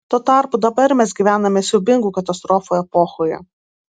tuo tarpu dabar mes gyvename siaubingų katastrofų epochoje